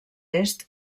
est